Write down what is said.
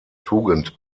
tugend